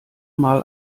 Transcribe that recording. mal